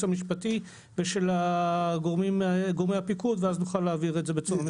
המשפטי ושל גורמי הפיקוד ואז נוכל להעביר את זה בצורה מסודרת.